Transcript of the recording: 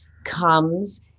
comes